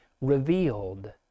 revealed